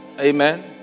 Amen